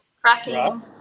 cracking